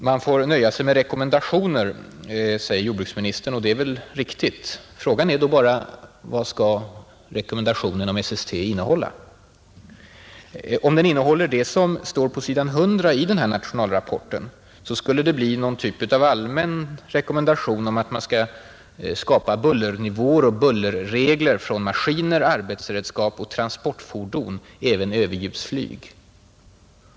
Man får nöja sig med rekommendationer, sade jordbruksministern, och det är väl riktigt. Frågan är då bara vad rekommendationen om SST skall innehålla. Om den innehåller det som står på s. 100 i nationalrapporten, skulle det bli någon typ av allmän rekommendation om att man skall skapa regler för ”tillåtligt buller från maskiner, arbetsredskap och transportfordon, även överljudsflyg”.